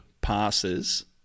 passes